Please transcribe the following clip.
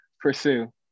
pursue